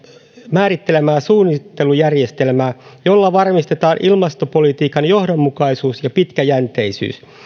määrittelemää suunnittelujärjestelmää jolla varmistetaan ilmastopolitiikan johdonmukaisuus ja pitkäjänteisyys